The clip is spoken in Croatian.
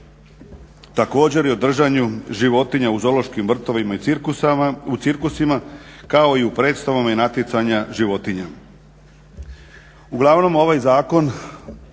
Također i o držanju životinja u zoološkim vrtovima i u cirkusima kao i u predstavama i natjecanjima životinja. Uglavnom ovaj zakon